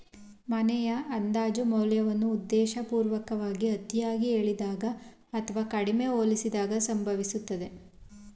ಮನೆಯ ಅಂದಾಜು ಮೌಲ್ಯವನ್ನ ಉದ್ದೇಶಪೂರ್ವಕವಾಗಿ ಅತಿಯಾಗಿ ಹೇಳಿದಾಗ ಅಥವಾ ಕಡಿಮೆ ಹೋಲಿಸಿದಾಗ ಸಂಭವಿಸುತ್ತದೆ